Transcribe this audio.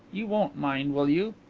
you won't mind, will you?